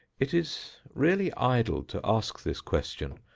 it is really idle to ask this question.